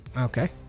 Okay